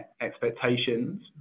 expectations